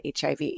HIV